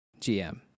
GM